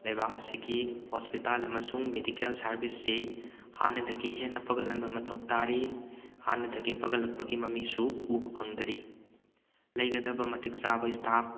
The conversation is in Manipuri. ꯂꯩꯕꯥꯛ ꯑꯁꯤꯒꯤ ꯍꯣꯁꯄꯤꯇꯥꯜ ꯑꯃꯁꯨꯡ ꯃꯦꯗꯤꯀꯦꯜ ꯁꯥꯔꯕꯤꯁꯁꯤ ꯍꯥꯟꯅꯗꯒꯤ ꯍꯦꯟꯅ ꯐꯒꯠꯍꯟꯕ ꯃꯊꯧ ꯇꯥꯔꯤ ꯍꯥꯟꯅꯗꯒꯤ ꯐꯒꯠꯂꯛꯄꯒꯤ ꯃꯃꯤꯁꯨ ꯎꯕ ꯐꯪꯗꯔꯤ ꯂꯩꯒꯗꯕ ꯃꯇꯤꯛ ꯆꯥꯕ ꯏꯁꯇꯥꯐ